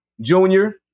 Junior